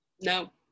No